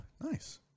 nice